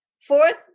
fourth